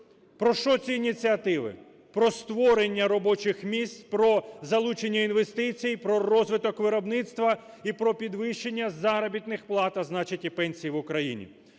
Про що ці ініціативи? Про створення робочих місць, про залучення інвестицій, про розвиток виробництва і про підвищення заробітних плат, а значить і пенсій в Україні.